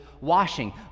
washing